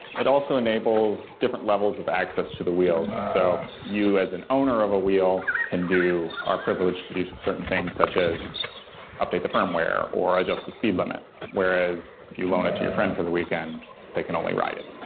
it also enables different levels of access to the wheels. so you as an owner of a wheel can do privileged to do some certain things such as update the firmware or adjust the speed limit, whereas if you loan it to your friend for the weekend, they can only ride it.